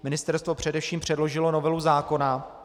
Ministerstvo především předložilo novelu zákona.